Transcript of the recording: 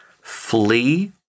flee